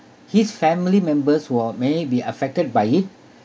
his family members will may be affected by it